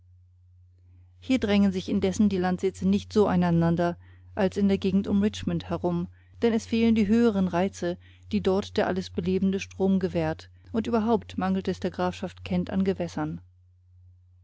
hier drängen sich indessen die landsitze nicht so aneinander als in der gegend um richmond herum denn es fehlen die höheren reize die dort der alles belebende strom gewährt und überhaupt mangelt es der grafschaft kent an gewässern